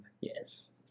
Yes